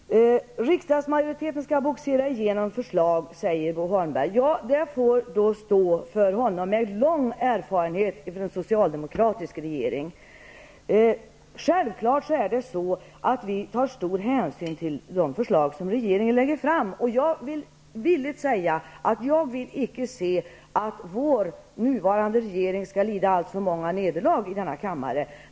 Herr talman! Riksdagsmajoriten skall bogsera igenom förslag, säger Bo Holmberg. Det får stå för honom, med lång erfarenhet från socialdemokratisk regering. Självklart tar vi stor hänsyn till de förslag som regeringen lägger fram. Jag kan villigt säga att jag icke vill se att vår nuvarande regering skall lida alltför många nederlag i denna kammare.